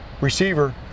receiver